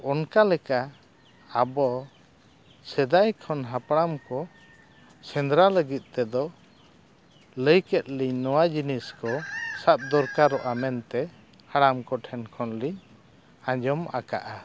ᱚᱱᱠᱟ ᱞᱮᱠᱟ ᱟᱵᱚ ᱥᱮᱫᱟᱭ ᱠᱷᱚᱱ ᱦᱟᱯᱲᱟᱢ ᱠᱚ ᱥᱮᱸᱫᱽᱨᱟ ᱞᱟᱹᱜᱤᱫ ᱛᱮᱫᱚ ᱞᱟᱹᱭ ᱠᱮᱫ ᱞᱤᱧ ᱱᱚᱣᱟ ᱡᱤᱱᱤᱥ ᱠᱚ ᱥᱟᱵ ᱫᱚᱨᱠᱟᱨᱚᱜᱼᱟ ᱢᱮᱱᱛᱮ ᱦᱟᱲᱟᱢ ᱠᱚᱴᱷᱮᱱ ᱠᱷᱚᱱᱞᱤᱧ ᱟᱸᱡᱚᱢ ᱟᱠᱟᱫᱼᱟ